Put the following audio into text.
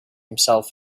himself